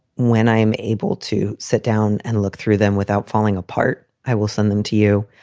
when i'm able to sit down and look through them without falling apart, i will send them to you.